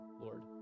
Lord